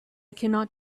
cannot